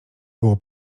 było